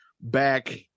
back